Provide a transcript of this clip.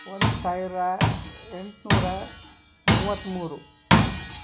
ಒಂದು ಸಾವಿರ ಎಂಟು ನೂರ ಮೂವತ್ತ್ಮೂರು